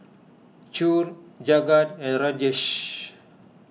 Choor Jagat and Rajesh